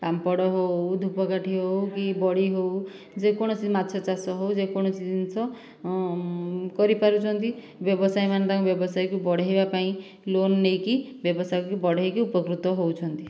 ପାମ୍ପଡ଼ ହେଉ ଧୂପ କାଠି ହେଉ କି ବଡ଼ି ହେଉ ଯେକୌଣସି ମାଛ ଚାଷ ହେଉ ଯେକୌଣସି ଜିନିଷ କରିପାରୁଛନ୍ତି ବ୍ୟବସାୟୀମାନେ ତାଙ୍କ ବ୍ୟବସାୟକୁ ବଢ଼ାଇବା ପାଇଁ ଲୋନ୍ ନେଇକି ବ୍ୟବସାୟ କୁ ବି ବଢ଼ାଇକି ଉପକୃତ ହେଉଛନ୍ତି